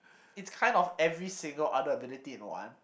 it's kind of every single other ability in one